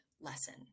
lesson